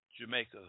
Jamaica